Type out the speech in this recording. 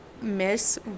miss